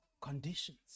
conditions